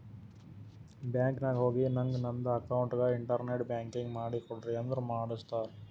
bank ನಾಗ್ ಹೋಗಿ ನಂಗ್ ನಂದ ಅಕೌಂಟ್ಗ ಇಂಟರ್ನೆಟ್ ಬ್ಯಾಂಕಿಂಗ್ ಮಾಡ್ ಕೊಡ್ರಿ ಅಂದುರ್ ಮಾಡ್ತಾರ್